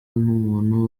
n’umuntu